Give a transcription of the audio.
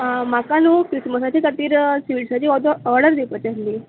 आ म्हाका न्हू क्रिसमसाच्या खातीर स्विड्साची ओदो ऑर्डर दिवपाची आसली